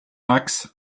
axe